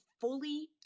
fully